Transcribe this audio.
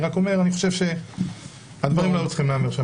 אני חושב שהדברים לא היו צריכים להיאמר שם